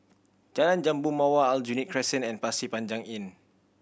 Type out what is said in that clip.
Jalan Jambu Mawar Aljunied Crescent and Pasir Panjang Inn